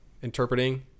Interpreting